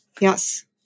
Yes